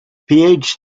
phd